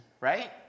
right